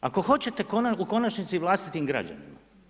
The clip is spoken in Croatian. Ako hoćete u konačnici, i vlastitim građanima.